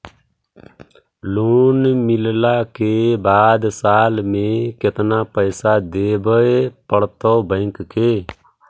Loan मिलला के बाद साल में केतना पैसा देबे पड़तै बैक के?